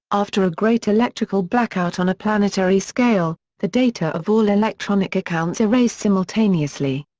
after a great electrical blackout on a planetary scale, the data of all electronic accounts erase simultaneously.